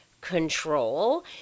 control